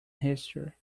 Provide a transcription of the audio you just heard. history